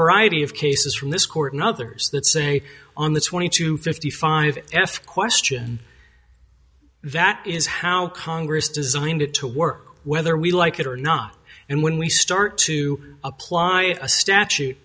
variety of cases from this court and others that say on the twenty to fifty five f question that is how congress designed it to work whether we like it or not and when we start to apply a statute